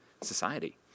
society